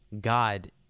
God